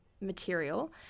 material